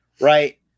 Right